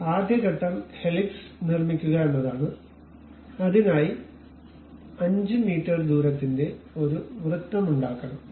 അതിനാൽ ആദ്യ ഘട്ടം ഹെലിക്സ് നിർമ്മിക്കുക എന്നതാണ് അതിനായി 5 മീറ്റർ ദൂരത്തിന്റെ ഒരു വൃത്തമുണ്ടാക്കണം